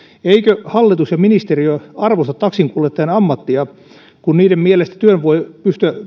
eivätkö hallitus ja ministeriö arvosta taksinkuljettajan ammattia kun niiden mielestä työn voi